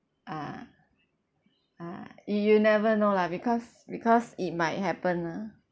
ah ah you never know lah because because it might happen ah